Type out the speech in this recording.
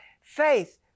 Faith